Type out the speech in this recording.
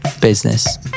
Business